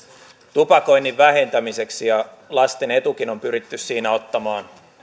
tupakoinnin vähentämiseksi ja lasten etukin on pyritty siinä ottamaan